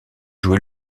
jouer